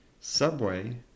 Subway